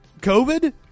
COVID